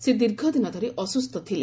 ସେ ଦୀର୍ଘଦିନ ଧରି ଅସୁସ୍ଥ ଥିଲେ